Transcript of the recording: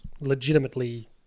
legitimately